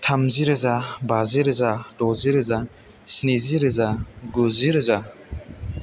थामजि रोजा बाजि रोजा द'जि रोजा स्निजि रोजा गुजि रोजा